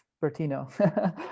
Bertino